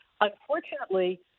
Unfortunately